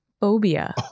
phobia